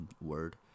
Word